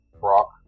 Brock